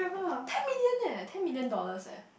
ten million leh ten million dollars eh